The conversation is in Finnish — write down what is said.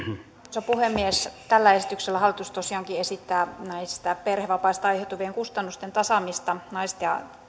arvoisa puhemies tällä esityksellä hallitus tosiaankin esittää perhevapaista aiheutuvien kustannusten tasaamista naisten ja